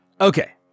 Okay